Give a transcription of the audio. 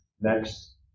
Next